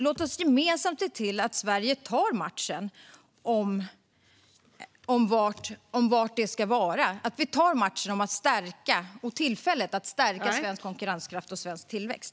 Låt oss gemensamt se till att Sverige tar matchen om var det ska ligga. Låt oss ta tillfället att stärka svensk konkurrenskraft och tillväxt.